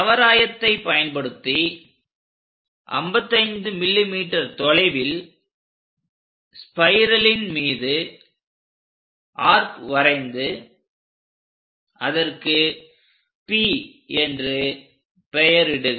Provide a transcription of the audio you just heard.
கவராயத்தை பயன்படுத்தி 55 mm தொலைவில் ஸ்பைரலின் மீது ஆர்க் வரைந்து அதற்கு P என்று பெயரிடுக